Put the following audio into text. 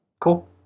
Cool